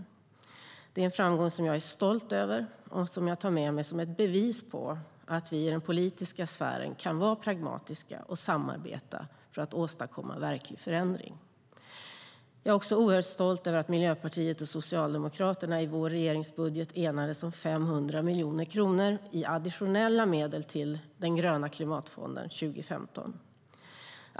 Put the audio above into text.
Det är en framgång som jag är stolt över och som jag tar med mig som bevis på att vi i den politiska sfären kan vara pragmatiska och samarbeta för att åstadkomma verklig förändring. Jag är oerhört stolt över att Miljöpartiet och Socialdemokraterna i vår regeringsbudget enades om 500 miljoner kronor i additionella medel till den gröna klimatfonden 2015.